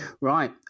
Right